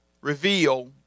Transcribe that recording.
reveal